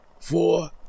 Four